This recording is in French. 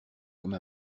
comme